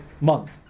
month